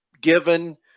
given